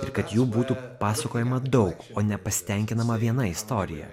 ir kad jų būtų pasakojama daug o nepasitenkinama viena istorija